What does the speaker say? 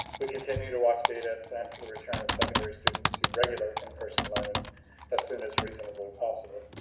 we continue to watch data and plan for the return of secondary students to regular in person learning as soon as reasonably possible.